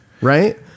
right